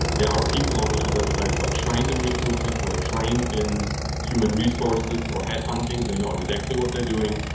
there are people on the you know other side who are trained in recruitment, who are trained in human resources or head hunting, they know exactly what they're doing.